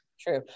True